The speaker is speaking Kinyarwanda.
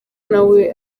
nawe